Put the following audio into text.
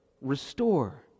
Restore